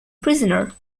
prisoner